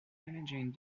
managing